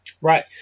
Right